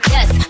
Yes